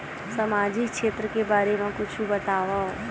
सामाजिक क्षेत्र के बारे मा कुछु बतावव?